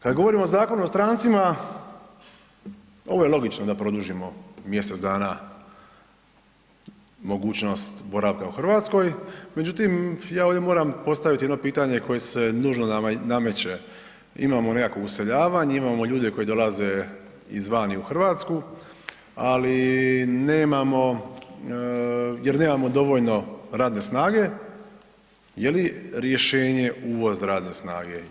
Kad govorimo o Zakonu o strancima, ovo je logično da produžimo mjesec dana mogućnost boravka u Hrvatskoj, međutim ja ovdje moram postavit jedno pitanje koje se nužno nameće, imamo nekako useljavanje, imamo ljudi koji dolaze iz vani u Hrvatsku, ali nemamo, jer nemamo dovoljno radne snage, je li rješenje uvoz radne snage?